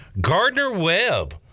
Gardner-Webb